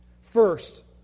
First